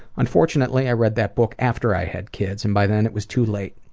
unfortunately i read that book after i had kids and by then it was too late.